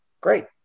great